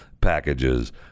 packages